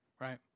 right